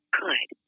good